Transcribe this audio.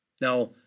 Now